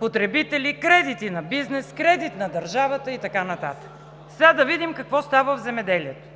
потребители, кредити на бизнес, кредит на държавата и така нататък. Сега да видим какво става в земеделието.